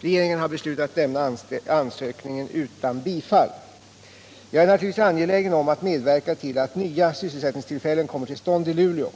Regeringen har beslutat att lämna ansökningen utan bifall. Jag är naturligtvis angelägen om att medverka till att nya sysselsättningstillfällen kommer till stånd i Luleå.